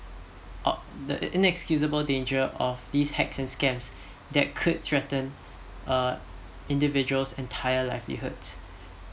o~ the inexcusable danger of this hacks and scams that could threaten uh individual's entire livelihood